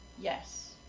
Yes